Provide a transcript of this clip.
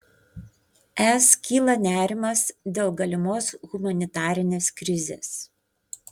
es kyla nerimas dėl galimos humanitarinės krizės